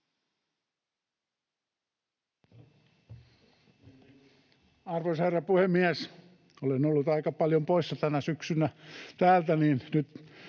Arvoisa herra puhemies! Olen ollut aika paljon poissa tänä syksynä täältä,